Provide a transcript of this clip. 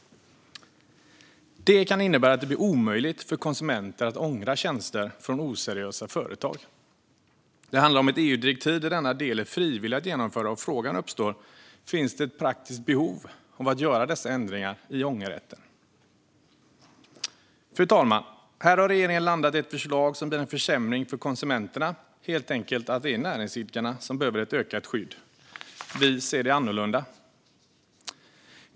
Det kan innebära att det blir omöjligt för konsumenter att ångra tjänster från oseriösa företag. Det handlar om ett EU-direktiv, där denna del är frivillig att genomföra. Frågan uppstår därför: Finns det ett praktiskt behov av att göra dessa ändringar i ångerrätten? Fru talman! Här har regeringen landat i ett förslag som blir en försämring för konsumenterna, helt enkelt att det är näringsidkarna som behöver ett ökat skydd. Vi ser det annorlunda.